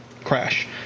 Crash